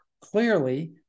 clearly